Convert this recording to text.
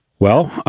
well,